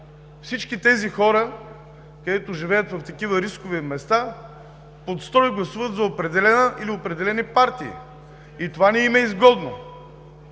всички тези хора, които живеят в такива рискови места, под строй гласуват за определена или за определени партии. И това не им е изгодно.